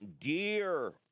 dear